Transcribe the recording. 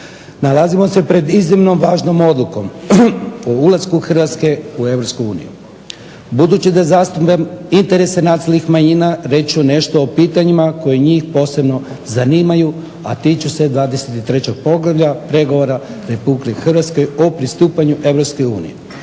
Nalazimo se pred iznimno važnom odlukom o ulasku Hrvatske u EU. Budući da zastupam interese nacionalnih manjina reći ću nešto o pitanjima koje njih posebno zanimaju, a tiču se 23. Poglavlja – pregovora RH o pristupanju EU